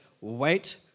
wait